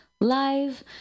live